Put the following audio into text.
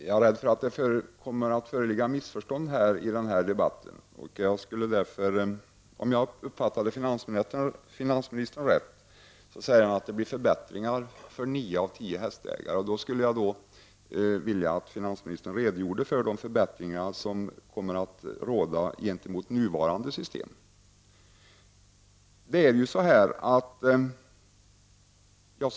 Herr talman! Jag är rädd för att det kommer att föreligga missförstånd i denna debatt. Om jag uppfattade finansministern rätt sade han att det blir förbättringar för nio av tio hästägare. Jag skulle vilja att finansministern redogjorde för de förbättringar gentemot nuvarande system som kommer att ske.